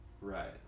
Right